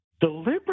Deliberate